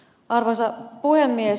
arvoisa puhemies